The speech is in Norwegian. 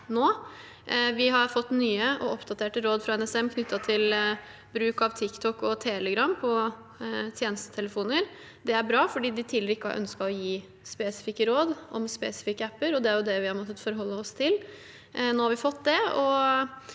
Vi har fått nye og oppdaterte råd fra NSM knyttet til bruk av TikTok og Telegram på tjenestetelefoner. Det er bra, for de har tidligere ikke ønsket å gi spesifikke råd om spesifikke apper, og det er det vi har måttet forholde oss til. Nå har vi fått det.